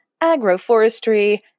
Agroforestry